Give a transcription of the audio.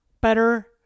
better